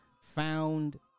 found